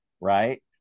right